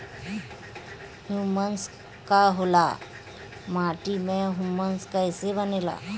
Humus का होला माटी मे ह्यूमस कइसे बनेला?